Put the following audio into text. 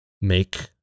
make